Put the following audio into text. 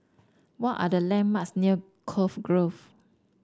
what are the landmarks near Cove Grove